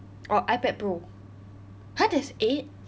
or ipad pro !huh! there's eight